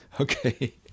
Okay